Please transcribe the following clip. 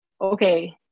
okay